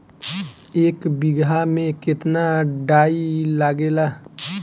एक बिगहा में केतना डाई लागेला?